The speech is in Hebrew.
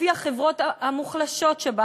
לפי החברות המוחלשות שבה,